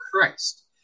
Christ